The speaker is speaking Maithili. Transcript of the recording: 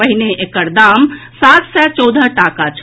पहिने एकर दाम सात सय चौदह टाका छल